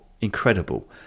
incredible